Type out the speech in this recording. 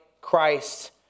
Christ